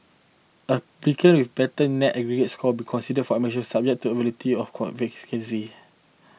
applicant with better net aggregate score will be considered for admission first subject to availability of vacancy